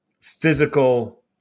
physical